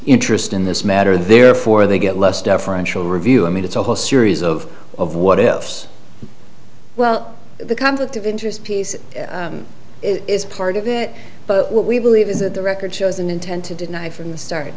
interest in this matter therefore they get less deferential review i mean it's a whole series of of what ifs well the conflict of interest piece is part of it but what we believe is that the record shows an intent to deny from the start